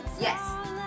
Yes